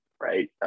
Right